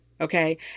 Okay